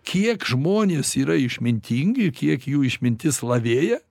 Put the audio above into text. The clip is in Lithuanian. kiek žmonės yra išmintingi kiek jų išmintis lavėja